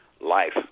life